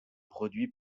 produit